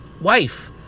wife